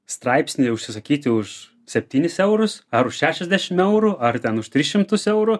straipsnį užsisakyti už septynis eurus ar už šešiasdešim eurų ar ten už tris šimtus eurų